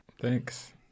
Thanks